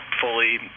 fully